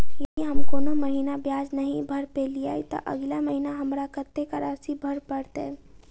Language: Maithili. यदि हम कोनो महीना ब्याज नहि भर पेलीअइ, तऽ अगिला महीना हमरा कत्तेक राशि भर पड़तय?